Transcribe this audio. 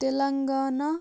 Telangana